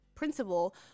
Principal